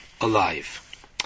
alive